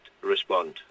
respond